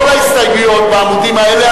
כל ההסתייגויות בעמודים האלה,